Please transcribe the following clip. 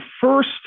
first